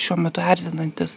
šiuo metu erzinantis